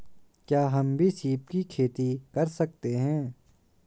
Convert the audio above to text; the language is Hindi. क्या हम भी सीप की खेती कर सकते हैं?